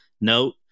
note